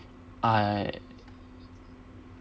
uh